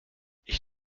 ich